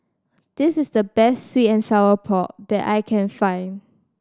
this is the best sweet and sour pork that I can find